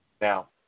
Now